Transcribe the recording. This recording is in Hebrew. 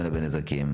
נזק.